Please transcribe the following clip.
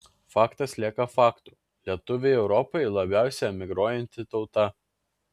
faktas lieka faktu lietuviai europoje labiausiai emigruojanti tauta